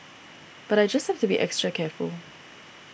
but I just have to be extra careful